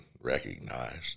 recognized